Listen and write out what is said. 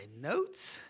notes